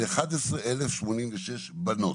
זה 11,086 בנות.